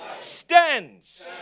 stands